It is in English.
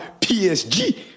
PSG